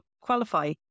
qualify